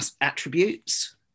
attributes